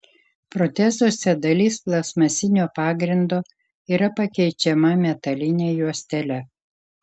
protezuose dalis plastmasinio pagrindo yra pakeičiama metaline juostele